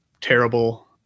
terrible